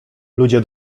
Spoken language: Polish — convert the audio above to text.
ludzie